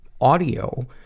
audio